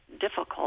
difficult